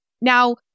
Now-